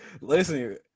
Listen